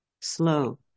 slow